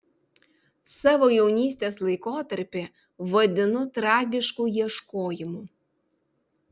savo jaunystės laikotarpį vadinu tragišku ieškojimu